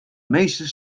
meeste